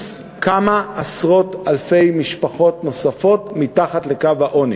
כמה עשרות-אלפי משפחות נוספות מתחת לקו העוני,